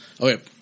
okay